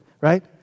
Right